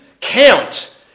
Count